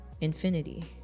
Infinity